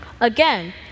Again